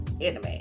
anime